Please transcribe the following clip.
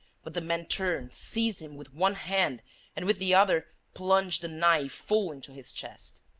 but the man turned, seized him with one hand and, with the other, plunged a knife full into his chest.